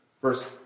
first